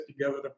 together